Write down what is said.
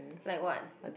like what